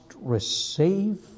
receive